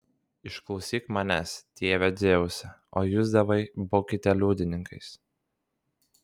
išklausyk manęs tėve dzeuse o jūs dievai būkite liudininkais